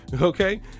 okay